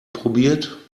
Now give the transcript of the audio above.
probiert